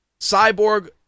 Cyborg